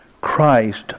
Christ